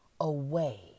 away